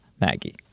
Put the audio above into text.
Maggie